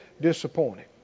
disappointed